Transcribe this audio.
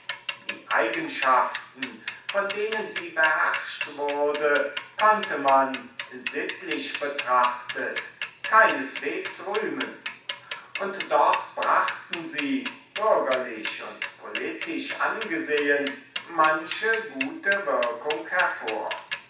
die eigenschaften von denen sie beherrscht wurde konnte man sittlich betrachtet keineswegs rühmen und doch brachten sie bürgerlich und politisch angesehen manche gute wirkung hervor